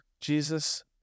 Jesus